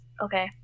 okay